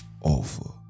offer